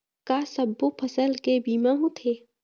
का सब्बो फसल के बीमा होथे?